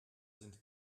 sind